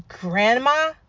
grandma